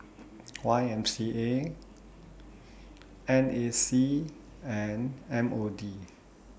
Y M C A N A C and M O D